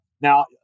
Now